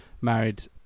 Married